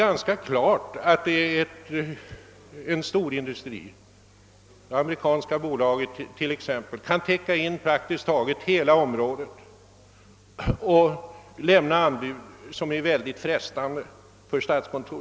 Det är klart att en stor industri, t.ex. ett stort amerikanskt bolag, då kan täcka in praktiskt taget hela området och lämna ett för statskontoret mycket frestande anbud.